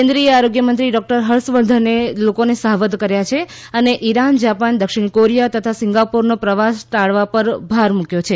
કેન્દ્રિય આરોગ્યમંત્રી ડોક્ટર હર્ષવર્ધને લોકોને સાવધ કર્યા છે અને ઇરાન જાપાન દક્ષિણ કોરિયા તથા સિંગાપોરનો પ્રવાસ ટાળવા પર ભાર મૂક્યો છે